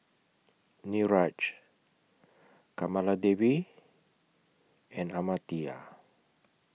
Niraj Kamaladevi and Amartya